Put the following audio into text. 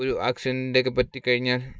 ഒരു ആക്സിഡന്റ് ഒക്കെ പറ്റി കഴിഞ്ഞാൽ